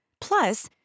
Plus